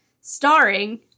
starring